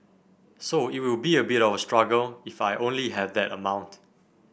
so it will be a bit of a struggle if I only have that amount